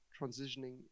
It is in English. transitioning